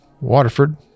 Waterford